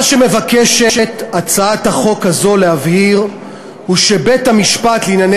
מה שמבקשת הצעת החוק הזאת להבהיר הוא שלבית-המשפט לענייני